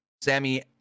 Sammy